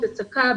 הצקה,